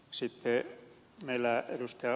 sitten meillä ed